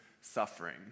suffering